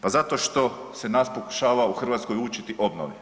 Pa zato što se nas pokušava u Hrvatskoj učiti obnovi.